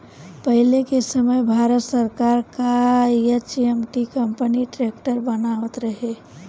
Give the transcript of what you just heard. पहिले के समय भारत सरकार कअ एच.एम.टी कंपनी ट्रैक्टर बनावत रहे